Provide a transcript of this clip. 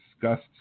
discussed